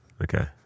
okay